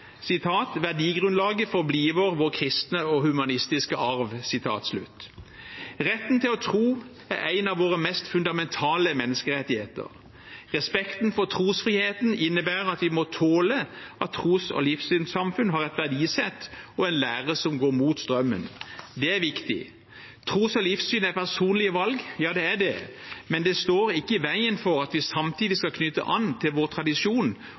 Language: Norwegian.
vår kristne og humanistiske arv.» Retten til å tro er en av våre mest fundamentale menneskerettigheter. Respekten for trosfriheten innebærer at vi må tåle at tros- og livssynssamfunn har et verdisett og en lære som går mot strømmen. Det er viktig. Tro og livssyn er personlige valg – ja, det er det - men det står ikke i veien for at vi samtidig skal knytte an til vår tradisjon